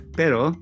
pero